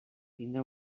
vindre